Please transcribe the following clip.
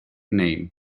name